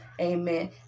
amen